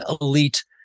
elite